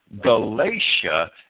Galatia